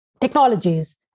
technologies